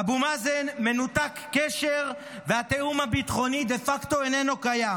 אבו-מאזן מנותק קשר והתיאום הביטחוני דה פקטו איננו קיים.